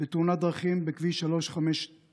בתאונת דרכים בכביש 352,